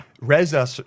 Reza